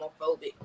homophobic